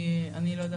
לא,